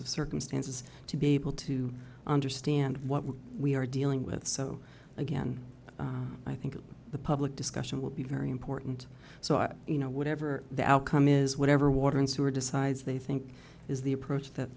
of circumstances to be able to understand what we are dealing with so again i think the public discussion will be very important so i you know whatever the outcome is whatever water and sewer decides they think is the approach that